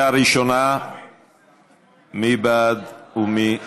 התשע"ח 2017. מי בעד ומי נגד?